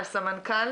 גבייה.